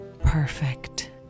Perfect